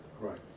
Right